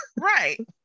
right